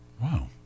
wow